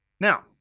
Now